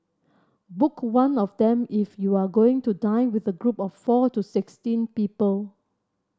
book one of them if you are going to dine with a group of four to sixteen people